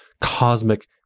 cosmic